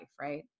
right